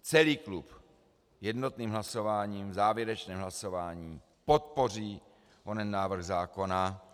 Celý klub jednotným hlasováním v závěrečném hlasování podpoří onen návrh zákona.